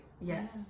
Yes